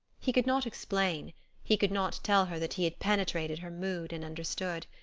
he could not explain he could not tell her that he had penetrated her mood and understood.